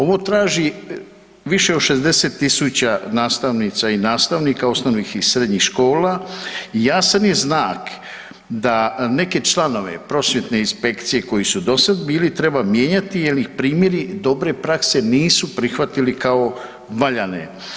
Ovo traži više od 60 tisuća nastavnica i nastavnika osnovnih i srednjih škola, jasan je znak da neke članove prosvjetne inspekcije koji su dosad bili treba mijenjati jer ih primjeri dobre prakse nisu prihvatili kao valjane.